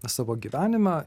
savo gyvenime